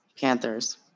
Panthers